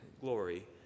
glory